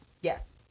Yes